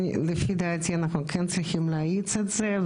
ולדעתי אנחנו כן צריכים להאיץ את זה.